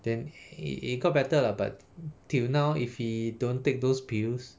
then it it got better lah but till now if he don't take those pills